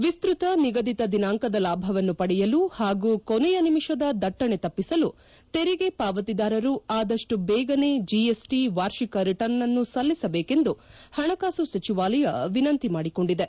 ವಿಸ್ತತ್ತ ನಿಗದಿತ ದಿನಾಂಕದ ಲಾಭವನ್ನು ಪಡೆಯಲು ಹಾಗೂ ಕೊನೆಯ ನಿಮಿಷದ ದಟ್ಟಣೆ ತಪ್ಪಿಸಲು ತೆರಿಗೆ ಪಾವತಿದಾರರು ಆದಷ್ಟು ಬೇಗನೆ ಜಿಎಸ್ಟಿ ವಾರ್ಷಿಕ ರಿಟರ್ನ್ನನ್ನು ಸಲ್ಲಿಸಬೇಕೆಂದು ಪಣಕಾಸು ಸಚಿವಾಲಯ ವಿನಂತಿ ಮಾಡಿಕೊಂಡಿದೆ